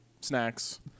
snacks